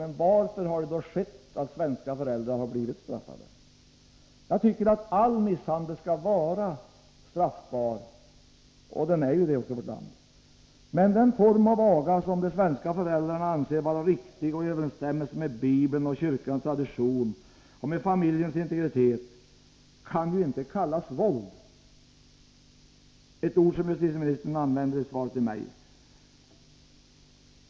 Varför har det då skett att svenska föräldrar blivit straffade? Jag tycker att all misshandel skall vara straffbar, och det är den ju också i vårt land. Men den form av aga som svenska föräldrar anser vara riktig och i överensstämmelse med Bibeln och kyrkans tradition och med familjens integritet kan inte kallas ”våld” — ett ord som justitieministern använder i svaret till mig.